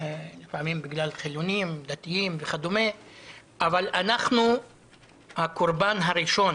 לפעמים בגלל חילונים ודתיים אבל אנחנו הקורבן הראשון